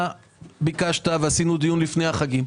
ביקשת ועשינו דיון לפני החגים,